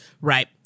Right